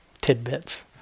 tidbits